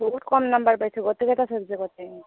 বহুত কম নম্বৰ পাইছে গোটেইকিটা ছাবজেক্টতে